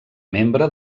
membre